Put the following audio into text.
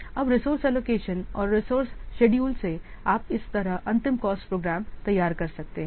अब रिसोर्स एलोकेशनऔर resource schedule से आप इस तरह अंतिम कॉस्ट प्रोग्राम तैयार कर सकते हैं